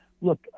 Look